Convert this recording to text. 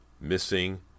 missing